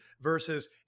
versus